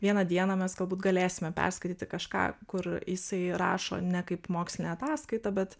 vieną dieną mes galbūt galėsime perskaityti kažką kur jisai rašo ne kaip mokslinę ataskaitą bet